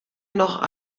noch